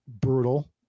brutal